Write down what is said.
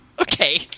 Okay